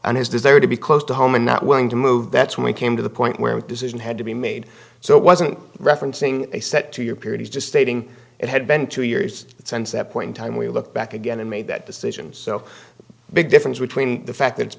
and his desire to be close to home and not willing to move that's when we came to the point where that decision had to be made so it wasn't referencing a set two year period is just stating it had been two years since that point in time we look back again and made that decision so big difference between the fact that it's